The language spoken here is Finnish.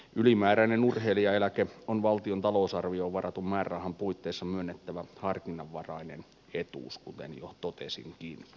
ylimääräinen urheilijaeläke on valtion talousarvioon varatun määrärahan puitteissa myönnettävä harkinnanvarainen etuus kuten jo totesinkin